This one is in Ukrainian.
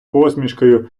посмішкою